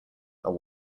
are